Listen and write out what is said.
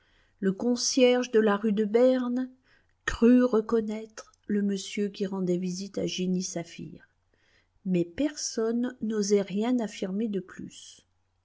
le concierge de la rue de berne crut reconnaître le monsieur qui rendait visite à jenny saphir mais personne n'osait rien affirmer de plus